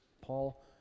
Paul